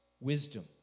wisdom